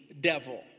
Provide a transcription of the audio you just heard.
devil